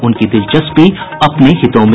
उनकी दिलचस्पी अपने हितों में